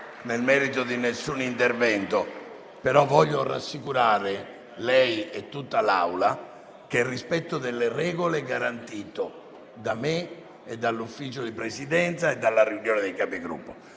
nel merito di nessun intervento, però voglio rassicurare lei e tutta l'Assemblea che il rispetto delle regole è garantito da me, dal Consiglio di Presidenza e dalla riunione dei Capigruppo.